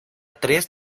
tres